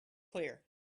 clear